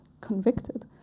convicted